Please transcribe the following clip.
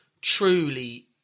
truly